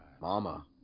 mama